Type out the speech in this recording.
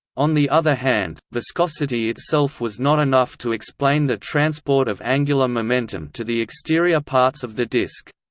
on the other hand, viscosity itself was not enough to explain the transport of angular momentum to the exterior parts of the disk.